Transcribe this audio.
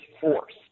force